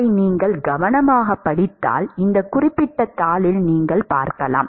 அதை நீங்கள் கவனமாகப் படித்தால் இந்த குறிப்பிட்ட தாளில் நீங்கள் பார்க்கலாம்